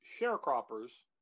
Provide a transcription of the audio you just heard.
sharecroppers